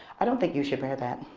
i don't think you should wear that.